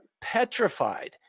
petrified